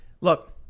Look